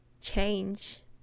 change